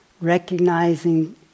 recognizing